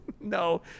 no